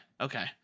Okay